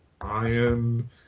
Iron